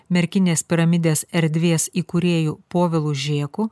merkinės piramidės erdvės įkūrėju povilu žėku